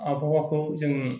आबहावाखौ जों